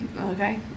Okay